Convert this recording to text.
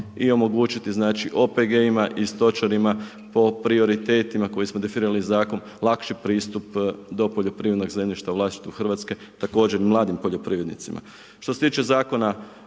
Ali omogućiti OPG-ima i stočarima po prioritetima, koje smo definirali zakup lakši pristup do poljoprivrednog zemljišta u vlasništvu Hrvatske također mladim poljoprivrednicima.